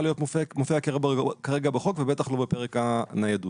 להיות מופיעה כרגע בחוק ובטח לא בפרק הניידות.